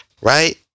Right